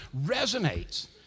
resonates